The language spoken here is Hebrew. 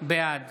בעד